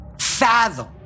fathom